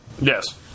Yes